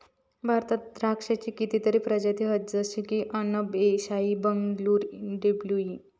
भारतात द्राक्षांची कितीतरी प्रजाती हत जशे की अनब ए शाही, बंगलूर ब्लू ई